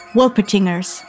Wolpertingers